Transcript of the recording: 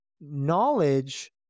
knowledge